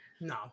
No